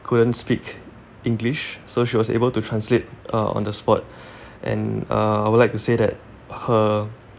couldn't speak english so she was able to translate uh on the spot and uh I would like to say that her